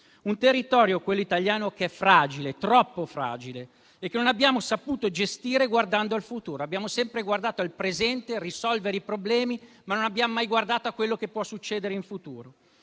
Il territorio italiano è fragile, troppo fragile, e non l'abbiamo saputo gestire guardando al futuro. Abbiamo sempre guardato al presente, a risolvere i problemi, ma non abbiamo mai guardato a quello che può succedere in futuro.